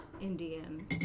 Indian